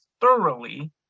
thoroughly